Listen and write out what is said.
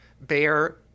Bear